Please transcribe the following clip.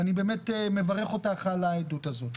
אני באמת מברך אותך על העדות הזאת.